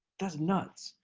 that's nuts.